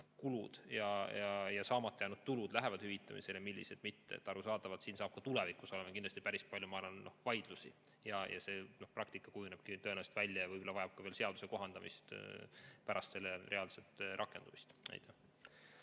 kulud ja saamata jäänud tulud lähevad hüvitamisele ja millised mitte. Arusaadavalt siin on ka tulevikus kindlasti päris palju vaidlusi ja see praktika kujunebki tõenäoliselt välja ja võib-olla vajab ka veel seaduse kohandamist pärast selle reaalset rakendumist.